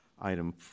item